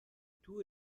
tour